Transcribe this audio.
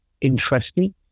interesting